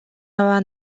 яваа